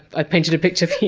i painted a picture